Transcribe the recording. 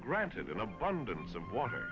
granted an abundance of water